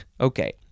okay